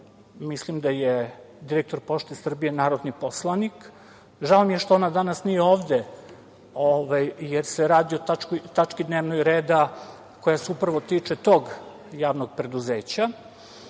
mislim da je direktor „Pošte Srbije“ narodni poslanik, žao nam je što ona danas nije ovde, jer se radi o tački dnevnog reda koja se upravo tiče tog javnog preduzeća. Recimo,